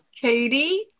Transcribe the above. Katie